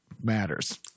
matters